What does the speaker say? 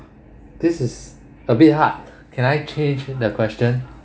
this is a bit hard can I change the question